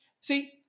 See